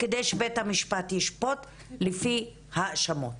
כדי שבית המשפט ישפוט לפי ההאשמות.